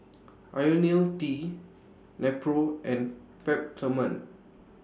Ionil T Nepro and Peptamen